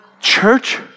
church